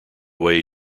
way